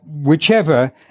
whichever